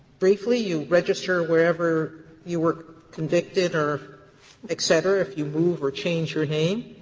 briefly, you register wherever you were convicted or et cetera, if you move or change your name,